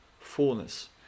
fullness